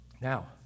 now